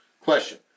Question